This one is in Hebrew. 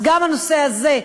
אז גם הנושא הזה,